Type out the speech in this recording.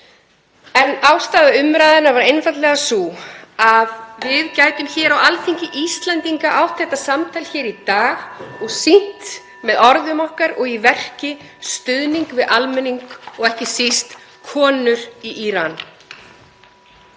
En ástæða umræðunnar var einfaldlega sú að við gætum hér á Alþingi Íslendinga átt þetta samtal hér í dag (Forseti hringir.) og sýnt með orðum okkar og í verki stuðning við almenning og ekki síst konur í Íran.